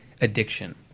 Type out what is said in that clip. addiction